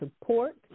support